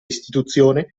istituzione